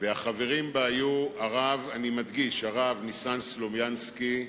ואני מדגיש שהחברים בה היו הרב ניסן סלומינסקי,